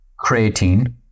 creatine